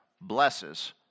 blesses